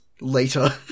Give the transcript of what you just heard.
later